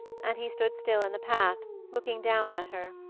and he stood still in the path, looking down at her.